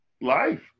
Life